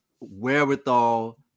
wherewithal